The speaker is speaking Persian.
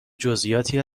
جزییاتی